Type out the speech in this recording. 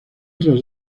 tras